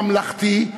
ממלכתי,